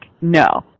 no